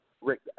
Rick